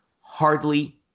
hardly